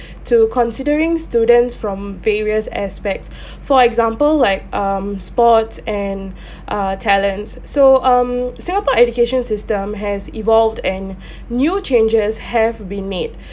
to considering students from various aspects for example like um sports and uh talents so um singapore education system has evolved and new changes have been made